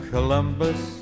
Columbus